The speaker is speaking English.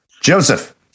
Joseph